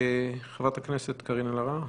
חברת הכנסת קארין אלהרר.